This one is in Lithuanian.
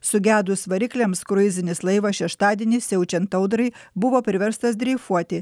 sugedus varikliams kruizinis laivas šeštadienį siaučiant audrai buvo priverstas dreifuoti